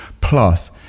Plus